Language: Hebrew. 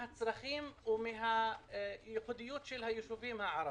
הצרכים ומן הייחודיות של הישובים הערבים.